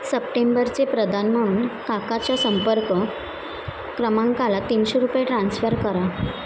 सप्टेंबरचे प्रदान म्हणून काकाच्या संपर्क क्रमांकाला तीनशे रुपये ट्रान्स्फर करा